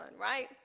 right